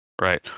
Right